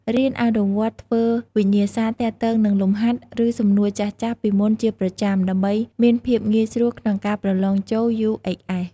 រៀនអនុវត្តន៍ធ្វើវិញ្ញាសារទាក់ទងនឹងលំហាត់ឫសំណួរចាស់ៗពីមុនជាប្រចាំ ដើម្បីមានភាពងាយស្រួលក្នុងការប្រឡងចូល UHS។